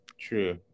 true